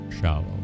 shallow